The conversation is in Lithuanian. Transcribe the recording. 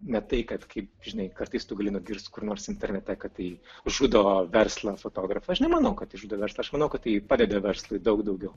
ne tai kad kaip žinai kartais tu gali nugirst kur nors internete kad tai žudo verslą fotografų aš nemanau kad žudo verslą aš manau kad tai padeda verslui daug daugiau